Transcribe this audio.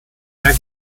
sehr